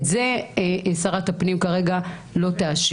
את זה שרת הפנים כרגע לא תאשר.